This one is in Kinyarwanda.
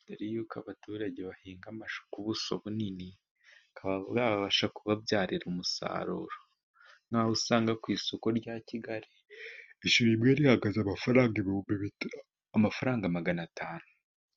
mbere y'uko abaturage bahinga amashu ku buso bunini bakaba babasha kububyaza umusaruro, n'aho usanga ku isoko rya kigali ishu rimwe rihagaze amafaranga magana atanu.